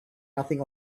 nothing